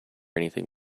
anything